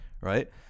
right